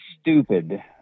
stupid